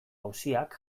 auziak